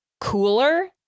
cooler